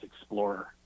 Explorer